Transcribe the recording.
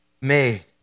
made